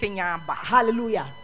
Hallelujah